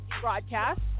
broadcast